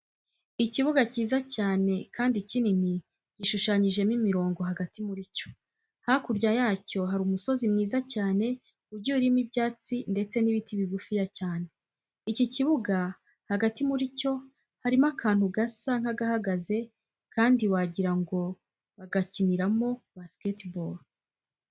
Ikibuga cyiza cyane kandi kinini gishushanyijemo imirongo hagati muri cyo, hakurya yacyo hari umusozi mwiza cyane ugiye urimo ibyatsi ndetse n'ibiti bigufiya cyane. Iki kibuga hagati muri cyo harimo akantu gasa nk'agahagaze kandi wagira ngo bagikiniramo basketball.